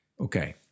Okay